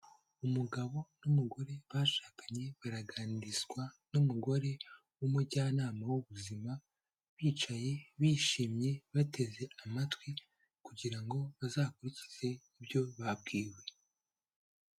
Umugabo n'umugore bashakanye baraganirizwa n'umugore w'umujyanama w'ubuzima bicaye bishimye bateze amatwi kugira ngo bazakurikize ibyo babwiwe.